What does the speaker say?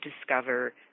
discover